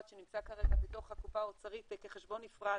שנמצא כרגע בתוך הקופה האוצרית כחשבון נפרד